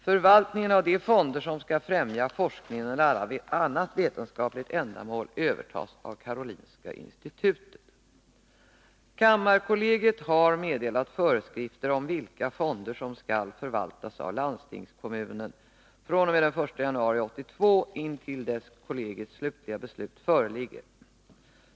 Förvaltningen av de fonder som skall främja forskningen eller annat vetenskapligt ändamål övertas av Karolinska institutet. Kammarkollegiet har meddelat föreskrifter om vilka fonder som skall förvaltas av landstingskommunen fr.o.m. den 1 januari 1982 intill dess kammarkollegiets slutliga beslut föreligger.